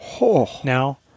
now